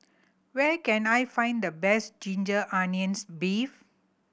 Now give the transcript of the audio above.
where can I find the best ginger onions beef